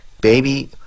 baby